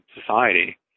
society